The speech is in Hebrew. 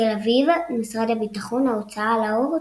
תל אביב משרד הביטחון – ההוצאה לאור,